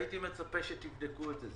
הייתי מצפה שתבדקו את זה,